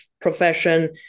profession